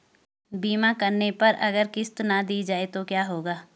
बीमा करने पर अगर किश्त ना दी जाये तो क्या होगा?